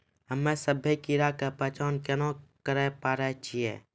हम्मे सभ्भे कीड़ा के पहचान केना करे पाड़ै छियै?